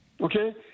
okay